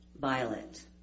Violet